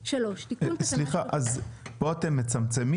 סליחה, אז פה אתם מצמצמים?